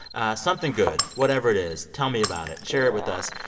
something good whatever it is tell me about it. share it with us.